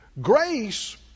Grace